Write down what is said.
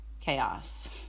chaos